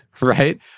right